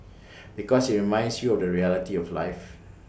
because IT reminds you of the reality of life